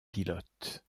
pilotes